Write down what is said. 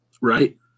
right